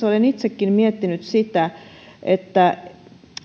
olen itsekin miettinyt sitä että